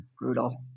brutal